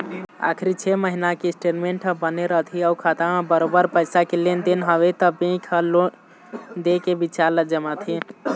आखरी छै महिना के स्टेटमेंट ह बने रथे अउ खाता म बरोबर पइसा के लेन देन हवय त बेंक ह लोन दे के बिचार ल जमाथे